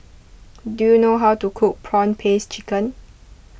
do you know how to cook Prawn Paste Chicken